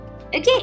Okay